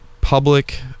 public